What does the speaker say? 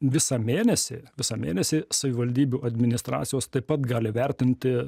visą mėnesį visą mėnesį savivaldybių administracijos taip pat gali vertinti